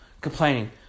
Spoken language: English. Complaining